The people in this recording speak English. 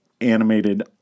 animated